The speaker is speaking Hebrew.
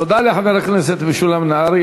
תודה לחבר הכנסת משולם נהרי.